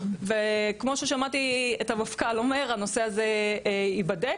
כמו ששמעתי את המפכ"ל אומר, הנושא הזה ייבדק.